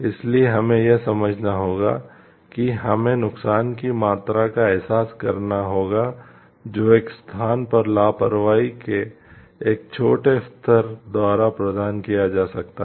इसलिए हमें यह समझना होगा कि हमें नुकसान की मात्रा का एहसास करना होगा जो एक स्थान पर लापरवाही के एक छोटे स्तर द्वारा प्रदान किया जा सकता है